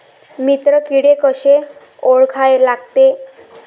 मित्र किडे कशे ओळखा लागते?